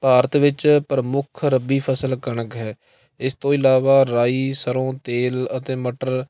ਭਾਰਤ ਵਿੱਚ ਪ੍ਰਮੁੱਖ ਰੱਬੀ ਫਸਲ ਕਣਕ ਹੈ ਇਸ ਤੋਂ ਇਲਾਵਾ ਰਾਈ ਸਰ੍ਹੋਂ ਤੇਲ ਅਤੇ ਮਟਰ